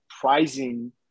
pricing